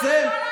לסיים.